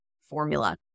formula